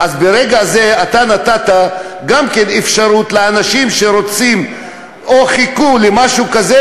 ברגע זה אתה נתת גם כן אפשרות לאנשים שרוצים או שחיכו למשהו כזה,